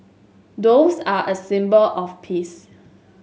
doves are a symbol of peace